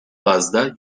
bazda